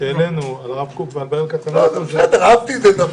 שהעברנו על הרב קוק וברל כצנלסון --- אהבתי את זה.